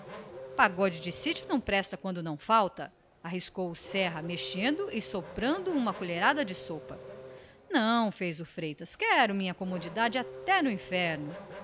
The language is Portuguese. pagode de sítio não presta quando nada falta arriscou o serra mexendo e soprando uma colherada de sopa não contradisse o freitas quero a minha comodidade até no inferno